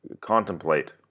contemplate